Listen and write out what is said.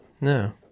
No